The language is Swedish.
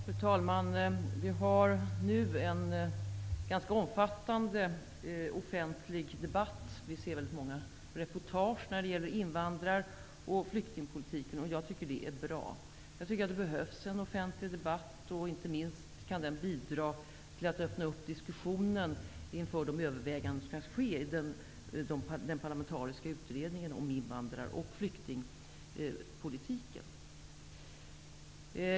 Fru talman! Vi har nu en ganska omfattande offentlig debatt. Vi ser väldigt många reportage om invandrar och flyktingpolitiken, och det tycker jag är bra. Jag tycker att det behövs en offentlig debatt. Den kan inte minst bidra till att öppna diskussionen inför de överväganden som skall ske i den parlamentariska utredningen om invandrar och flyktingpolitiken.